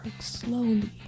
slowly